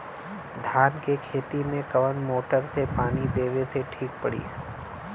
धान के खेती मे कवन मोटर से पानी देवे मे ठीक पड़ी?